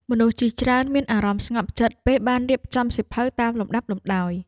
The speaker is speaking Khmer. មនុស្សជាច្រើនមានអារម្មណ៍ស្ងប់ចិត្ត ពេលបានរៀបចំសៀវភៅតាមលំដាប់លំដោយ។